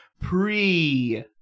pre-